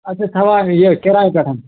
اَچھا سوار یہِ کِرایہِ پٮ۪ٹھ